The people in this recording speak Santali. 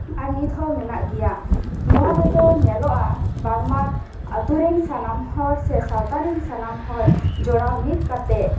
ᱟᱨ ᱱᱤᱛ ᱦᱚᱸ ᱢᱮᱱᱟᱜ ᱜᱮᱭᱟ ᱱᱚᱣᱟ ᱨᱮᱫᱚ ᱧᱮᱞᱚᱜᱼᱟ ᱵᱟᱝᱢᱟ ᱟᱛᱳᱨᱮᱱ ᱥᱟᱱᱟᱢ ᱦᱚᱲ ᱥᱮ ᱥᱟᱶᱛᱟ ᱨᱮᱱ ᱥᱟᱱᱟᱢ ᱦᱚᱲ ᱡᱚᱲᱟᱣ ᱢᱤᱫ ᱠᱟᱛᱮ